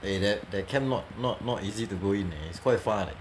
eh that that camp not not not easy to go in leh it's quite far leh